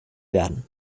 werden